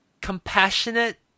compassionate